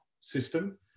system